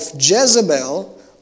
Jezebel